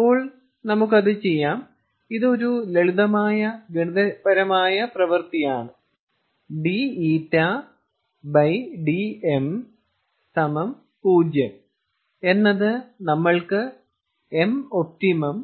അപ്പോൾ നമുക്ക് അത് ചെയ്യാം ഇത് ഒരു ലളിതമായ ഗണിതപരമായ പ്രവൃത്തിയാണ് dƞdm 0 എന്നത് നമ്മൾക്ക് mopt√1ZTm